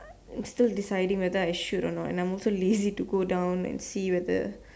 still deciding whether I should or not and I am also lazy to go down and see whether